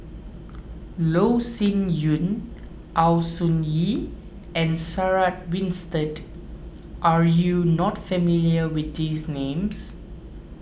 Loh Sin Yun Au Hing Yee and Sarah Winstedt are you not familiar with these names